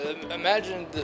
Imagine